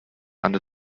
under